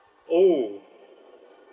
oh